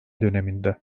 döneminde